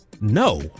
no